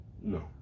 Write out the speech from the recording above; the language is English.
No